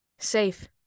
safe